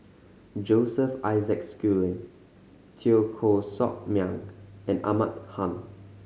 Joseph Isaac Schooling Teo Koh Sock Miang and Ahmad Khan